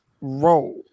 roll